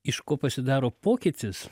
iš ko pasidaro pokytis